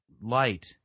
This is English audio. light